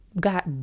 got